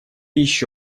еще